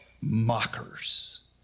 mockers